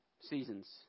seasons